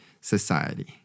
society